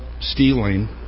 stealing